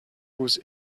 whose